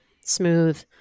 smooth